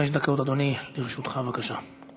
חמש דקות, אדוני, לרשותך, בבקשה.